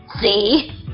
see